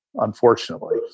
unfortunately